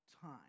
Time